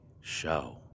show